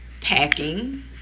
packing